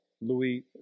Louis